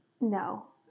no